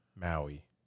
Maui